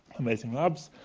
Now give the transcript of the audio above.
amazing labs.